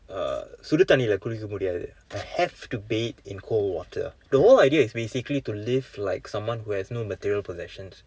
uh சுடு தண்ணீர்ல குளிக்க முடியாது:sudi thanneeriil kulikka mudiyathu I have to bathe in cold water the whole idea is basically to live like someone who has no material possessions